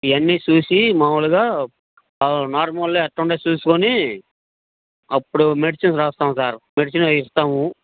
ఇవన్నీ చూసి మామూలుగా నార్మల్ ఏచెమ్స్ చూసుకుని అప్పుడు మెడిసిన్ రాస్తాం సార్ మెడిసిన్ ఇస్తాము